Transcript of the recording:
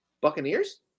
Buccaneers